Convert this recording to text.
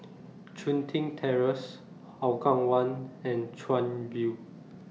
Chun Tin Terrace Hougang one and Chuan View